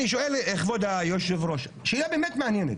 אני שואל, כבוד היושב-ראש, שאלה באמת מעניינת.